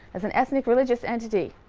as an ethnic religious entity.